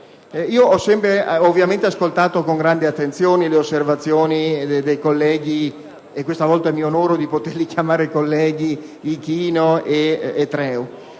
io ho sempre ascoltato con grande attenzione le osservazioni dei colleghi, che questa volta mi onoro di poter chiamare colleghi, Ichino e Treu.